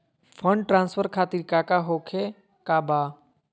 Fund transfer खातिर काका होखे का बा?